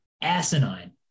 asinine